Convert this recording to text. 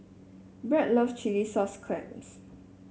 Brad loves Chilli Sauce Clams